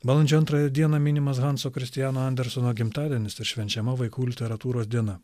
balandžio antrąją dieną minimas hanso kristiano andersono gimtadienis ir švenčiama vaikų literatūros diena